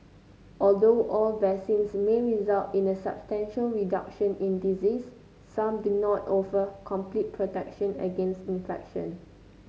although all vaccines may result in a substantial reduction in disease some do not offer complete protection against infection